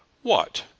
what!